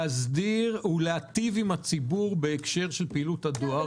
להסדיר ולהיטיב עם הציבור בהקשר של פעילות הדואר,